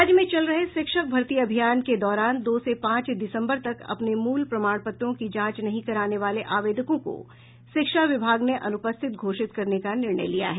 राज्य में चल रहे शिक्षक भर्ती अभियान के दौरान दो से पांच दिसम्बर तक अपने मूल प्रमाण पत्रों की जांच नहीं कराने वाले आवेदकों को शिक्षा विभाग ने अनुपस्थित घोषित करने का निर्णय लिया है